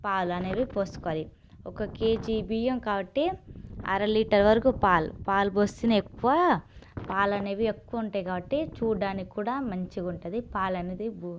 పాలు అనేవి పోసుకోవాలి ఒక కేజీ బియ్యం కాబట్టి అర లీటర్ వరకు పాల్ పాలు పోస్తేనే ఎక్కువ పాలు అనేవి ఎక్కువ ఉంటాయి కాబట్టి చూడడానికి కూడా మంచిగా ఉంటుంది పాలు అనేది